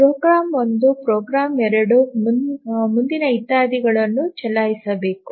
program 1 program 2 ಮುಂದಿನ ಇತ್ಯಾದಿಗಳನ್ನು ಚಲಾಯಿಸಬೇಕು